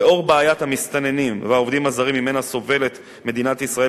לנוכח בעיית המסתננים והעובדים הזרים שממנה סובלת מדינת ישראל